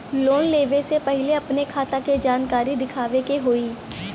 Loan लेवे से पहिले अपने खाता के जानकारी दिखावे के होई?